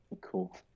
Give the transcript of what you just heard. cool